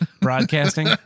broadcasting